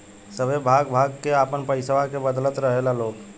सभे भाग भाग के आपन पइसवा के बदलत रहेला लोग